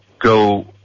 go